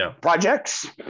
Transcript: projects